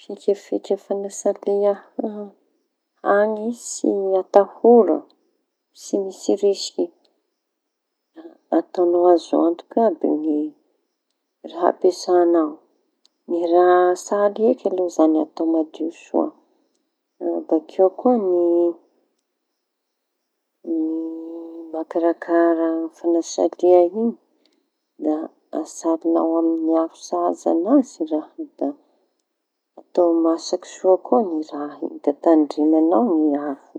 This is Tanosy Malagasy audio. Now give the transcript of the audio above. Fikafika fañasalia ha- hañi tsy atahora, tsy misy risiky. Da ataoñao azo antoky aby ny raha ampiasañao: ny raha asaly eky aloha zañy atao madio soa. Bakeo koa ny makarakara fañasalia iñy da asaliñao amin'ny afo sahaza an'azy raha iñy da atao masaky soa koa ny raha iñy da tandremañao ny afo.